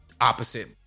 opposite